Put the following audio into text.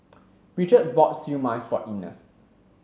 Bridget bought Siew Mai for Ines